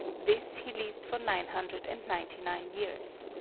this he leased for nine hundred and ninety-nine years.